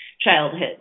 childhood